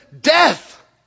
death